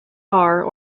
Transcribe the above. are